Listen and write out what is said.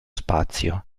spazio